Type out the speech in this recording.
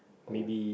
oh